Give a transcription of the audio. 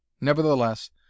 Nevertheless